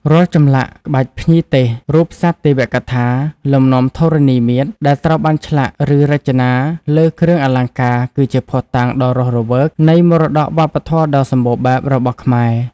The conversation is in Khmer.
រាល់ចម្លាក់ ក្បាច់ភ្ញីទេស រូបសត្វទេវកថា លំនាំធរណីមាត្រ ដែលត្រូវបានឆ្លាក់ ឬរចនាលើគ្រឿងអលង្ការ គឺជាភស្តុតាងដ៏រស់រវើកនៃ មរតកវប្បធម៌ដ៏សម្បូរបែបរបស់ខ្មែរ។